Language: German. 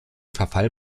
verfall